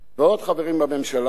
ועוד חברים בממשלה הזאת,